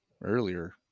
earlier